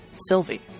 Sylvie